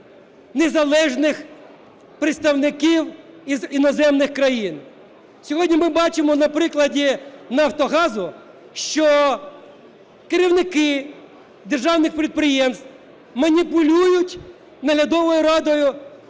незалежних представників із іноземних країн. Сьогодні ми бачимо на прикладі Нафтогазу, що керівники державних підприємств маніпулюють наглядовою радою,